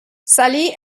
salì